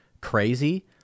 crazy